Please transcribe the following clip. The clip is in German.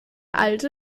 alte